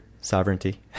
sovereignty